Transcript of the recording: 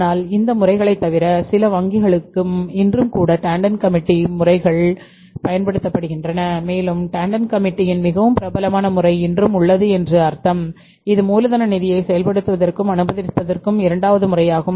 ஆனால் இந்த முறைகளைத் தவிர சில வங்கிகளும் இன்றும் கூட டாண்டன் கமிட்டி மிகவும் பிரபலமான முறை இன்றும் உள்ளது என்று அர்த்தம் இது மூலதன நிதியைச் செயல்படுத்துவதற்கும் அனுமதிப்பதற்கும் இரண்டாவது முறையாகும்